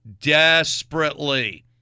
desperately